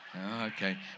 Okay